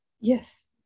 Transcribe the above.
Yes